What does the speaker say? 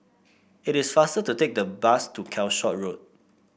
it is faster to take the bus to Calshot Road